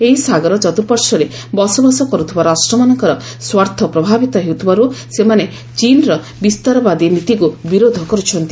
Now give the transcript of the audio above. ଏହି ସାଗର ଚତୁର୍ପାର୍ଶ୍ୱରେ ବସବାସ କରୁଥିବା ରାଷ୍ଟ୍ରମାନଙ୍କର ସ୍ୱାର୍ଥ ପ୍ରଭାବିତ ହେଉଥିବାରୁ ସେମାନେ ଚୀନ୍ର ବିସ୍ତାରବାଦୀ ନୀତିକୁ ବିରୋଧ କରୁଛନ୍ତି